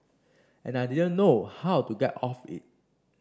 and I didn't know how to get off it